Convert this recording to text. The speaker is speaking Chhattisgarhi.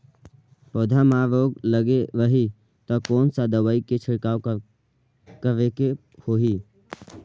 पौध मां रोग लगे रही ता कोन सा दवाई के छिड़काव करेके होही?